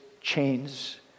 chains